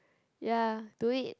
ya do it